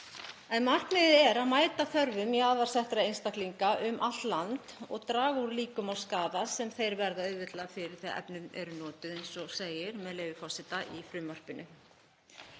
Markmiðið er að mæta þörfum jaðarsettra einstaklinga um allt land og draga úr líkum á skaða sem þeir verða auðveldlega fyrir þegar efni eru notuð, eins og segir í frumvarpinu.